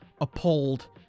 Appalled